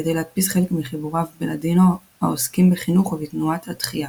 כדי להדפיס חלק מחיבוריו בלאדינו העוסקים בחינוך ובתנועת התחייה.